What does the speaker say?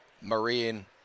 Marine